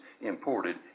imported